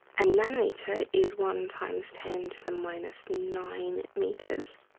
a nanometer is one times ten to the minus nine meters.